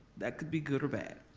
that could be good or bad.